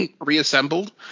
reassembled